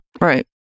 Right